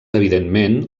evidentment